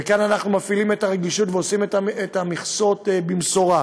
וכאן אנחנו מפעילים את הרגישות ועושים את המכסות במשורה.